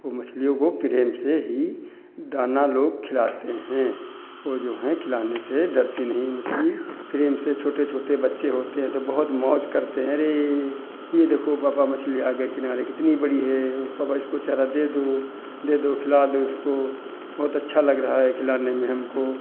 वो मछलियों को प्रेम से ही दाना लोग खिलाते हैं वो जो हैं खिलाने से डरती नहीं है मछली प्रेम से छोटे छोटे बच्चे होते हैं तो बहुत मौज करते हैं अरे ये देखो पापा मछली आ गई किनारे कितनी बड़ी है ओह पापा इसको चारा दे दो दे दो खिला दो इसको बहुत अच्छा लग रहा है खिलाने में हमको